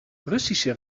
russische